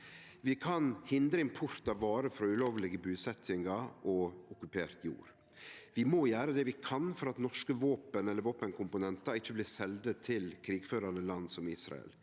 Vi kan hindre import av varer frå ulovlege busetjingar og okkupert jord. Vi må gjere det vi kan for at norske våpen eller våpenkomponentar ikkje blir selde til krigførande land som Israel.